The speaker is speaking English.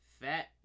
Fat